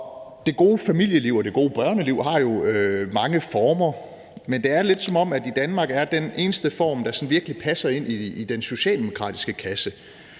Det gode familieliv og det gode børneliv har jo mange former, men det er lidt, som om den eneste form i Danmark, der sådan virkelig passer ind i den socialdemokratiske kasse,